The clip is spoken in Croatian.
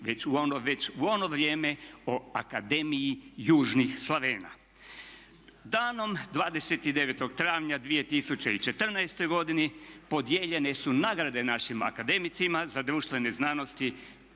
već u ono vrijeme o akademiji južnih Slavena. Danom 29. travnja 2014. godine podijeljene su nagrade našim akademicima za društvene znanosti,